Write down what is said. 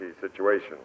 situation